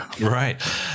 Right